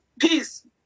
peace